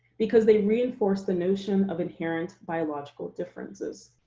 because they reinforce the notion of inherent biological differences.